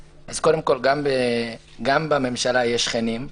אז קודם כול גם בממשלה יש שכנים,